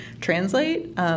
translate